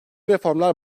reformlar